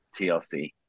TLC